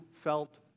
felt